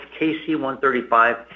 KC-135